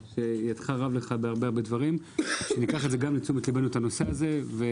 שידך רב לך בהרבה דברים - שניקח את זה גם לתשומת לבנו את הנושא הזה.